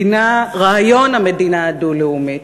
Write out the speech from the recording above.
רעיון המדינה הדו-לאומית,